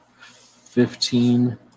fifteen